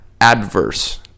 adverse